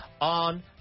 on